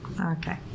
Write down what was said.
Okay